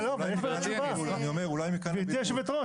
גברתי היושבת-ראש,